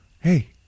Hey